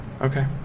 okay